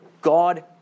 God